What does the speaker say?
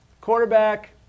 Quarterback